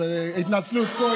אז ההתנצלות פה,